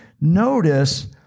Notice